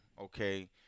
okay